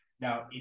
Now